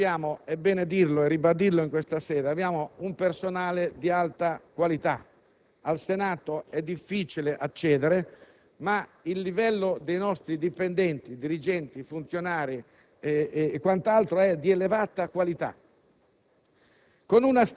Noi abbiamo - è bene dirlo e ribadirlo in questa sede - un personale di alta qualità. Al Senato è difficile accedere, ma il livello dei nostri dipendenti - dirigenti, funzionari e quant'altro - è di elevata qualità,